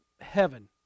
heaven